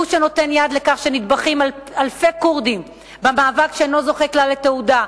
הוא שנותן יד לכך שנטבחים אלפי כורדים במאבק שאינו זוכה כלל לתהודה,